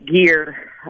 gear